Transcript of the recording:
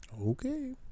Okay